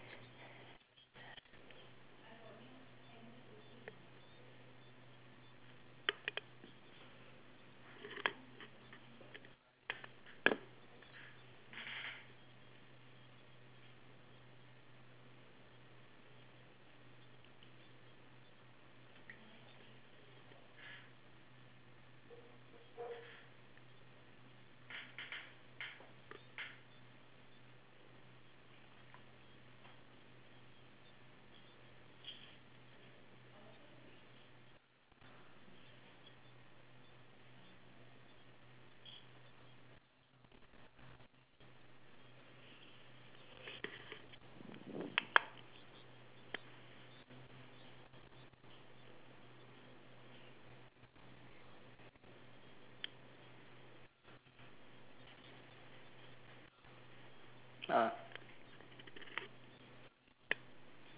ah